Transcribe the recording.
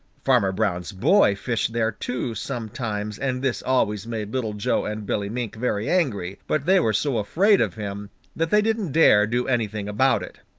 farmer brown's boy fished there too, sometimes, and this always made little joe and billy mink very angry, but they were so afraid of him that they didn't dare do anything about it.